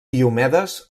diomedes